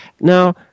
Now